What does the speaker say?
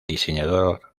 diseñador